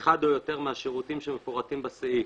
אחד או יותר מהשירותים שמפורטים בסעיף